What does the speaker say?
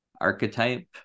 archetype